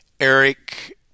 Eric